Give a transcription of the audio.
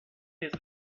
his